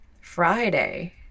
Friday